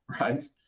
right